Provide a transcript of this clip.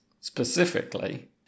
specifically